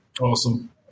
Awesome